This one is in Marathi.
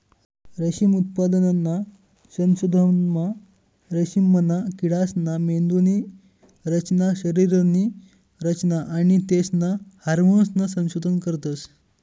रेशीम उत्पादनना संशोधनमा रेशीमना किडासना मेंदुनी रचना, शरीरनी रचना आणि तेसना हार्मोन्सनं संशोधन करतस